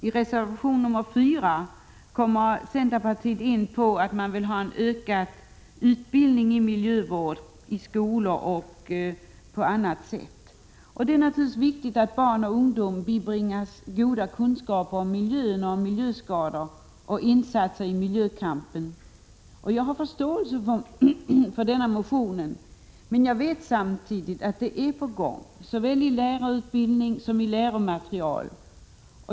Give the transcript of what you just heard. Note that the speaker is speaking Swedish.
I reservation 4 talar centerpartiet för en ökad utbildning i miljövård, bl.a. i skolor. Det är naturligtvis viktigt att barn och ungdom bibringas goda kunskaper om miljön, miljöskador och insatser i miljökampen. Jag har förståelse för den motion som reservanterna tillstyrker, men jag vet samtidigt att sådana insatser är på gång såväl i lärarutbildningen som när det gäller läromaterial.